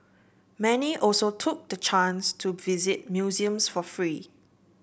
many also took the chance to visit museums for free